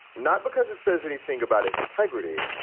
not because it says anything about his integrity,